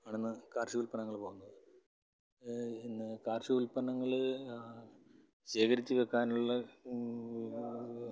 ആണ് ഇന്ന് കാർഷിക ഉല്പന്നങ്ങൾ പോകുന്നത് ഇന്ന് കാർഷിക ഉല്പന്നങ്ങൾ ശേഖരിച്ച് വയ്ക്കാനുള്ള